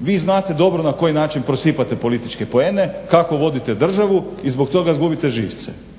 Vi dobro znate na koji način prosipate političke poene, kako vodite državu i zbog toga gubite živce.